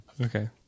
Okay